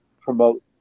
promote